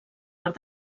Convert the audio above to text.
arc